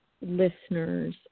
listeners